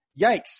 yikes